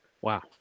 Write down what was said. Wow